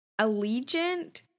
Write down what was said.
allegiant